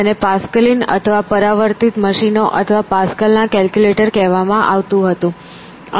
તેને પાસ્કલિન અથવા પરાવર્તિત મશીનો અથવા પાસ્કલ ના કેલ્ક્યુલેટર કહેવામાં આવતું હતું